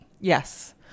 Yes